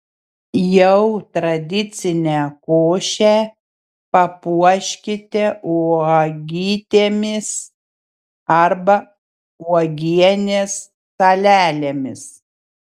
jau tradicinę košę papuoškite uogytėmis arba uogienės salelėmis